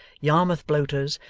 yarmouth bloaters,